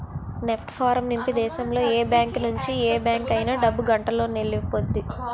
NEFT form నింపి దేశంలో ఏ బ్యాంకు నుంచి ఏ బ్యాంక్ అయినా డబ్బు గంటలోనెల్లిపొద్ది